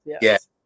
Yes